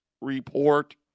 report